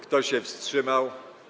Kto się wstrzymał?